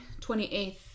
28th